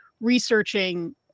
researching